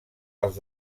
els